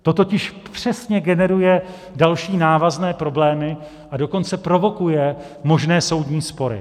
To totiž přesně generuje další návazné problémy, a dokonce provokuje možné soudní spory.